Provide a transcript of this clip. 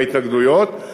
ההתנגדויות.